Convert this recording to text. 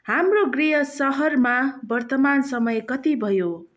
हाम्रो गृह सहरमा वर्तमान समय कति भयो